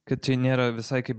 kad čia nėra visai kaip